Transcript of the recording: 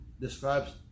describes